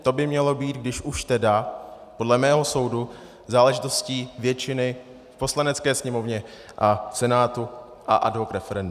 To by mělo být, když už tedy, podle mého soudu záležitostí většiny v Poslanecké sněmovně a Senátu a ad hoc referendem.